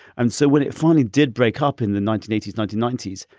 and so when it finally did break up in the nineteen eighty s, nineteen ninety s,